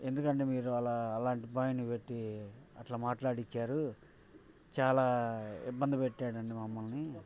ఎందుకంటే మీరు అలా అలాంటి బాయ్ని పెట్టి అట్లా మాట్లాడిచ్చారు చాలా ఇబ్బంది పెట్టాడండి మమ్మల్ని